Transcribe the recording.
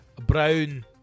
brown